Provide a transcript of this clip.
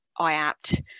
IAPT